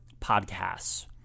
Podcasts